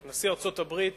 נשיא ארצות-הברית